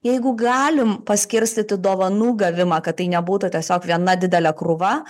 jeigu galim paskirstyti dovanų gavimą kad tai nebūtų tiesiog viena didelė krūva